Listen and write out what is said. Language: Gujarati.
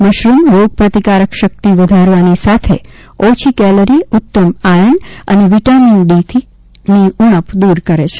મશરુમ રોગ પ્રતિકારક શક્તિ વધારવાની સાથે ઓછી કેલરી ઉત્તમ આર્યન સાથે વિટામિન ડીની ઉણપ દૂર કરે છે